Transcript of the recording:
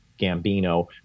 Gambino